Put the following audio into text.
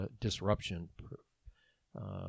disruption-proof